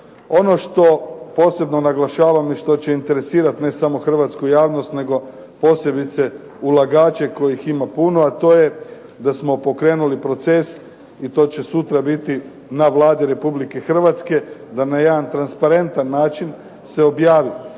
Ono što posebno naglašavam i što će interesirati ne samo hrvatsku javnost nego posebice ulagače kojih ima puno, a to je da smo pokrenuli proces i to će sutra biti na Vladi Republike Hrvatske da na jedan transparentan način se objavi